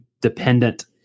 dependent